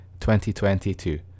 2022